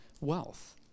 wealth